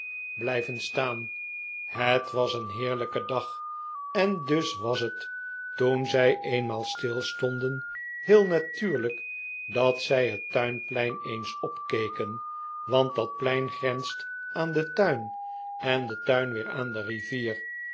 blijven staan het was een heerlijke dag en dus was het toen zij eenmaal stilstonden heel natuurlijk dat zij het tuinplein eens opkeken want dat plein grenst aan den tuin en de tuin weer aan de rivier